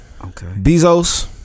Bezos